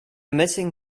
missing